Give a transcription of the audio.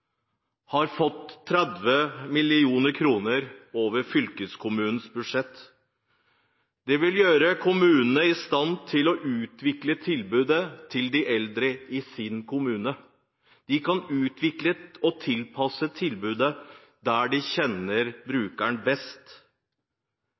har fått 30 mill. kr over fylkeskommunens budsjett. Det vil gjøre kommunene i stand til å utvikle tilbudet til de eldre i sin kommune. De kan utvikle og tilpasse tilbudet der de kjenner